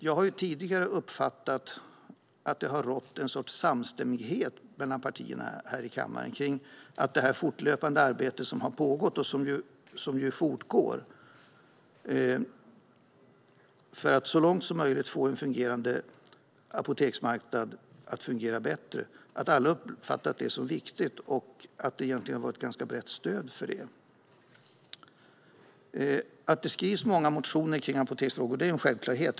Jag har tidigare uppfattat att det har rått en sorts samstämmighet mellan partierna i kammaren när det gäller det fortlöpande arbetet, som fortgår, för att få en fungerande apoteksmarknad att så långt som möjligt fungera bättre. Jag har uppfattat det som att alla tycker att det är viktigt och att det egentligen har funnits ett ganska brett stöd för det. Att det skrivs många motioner om apoteksfrågor är självklart.